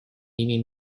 имеем